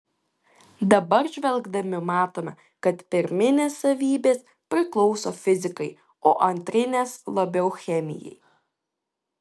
dabar žvelgdami matome kad pirminės savybės priklauso fizikai o antrinės labiau chemijai